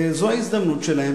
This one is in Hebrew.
זו ההזדמנות שלהם,